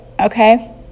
okay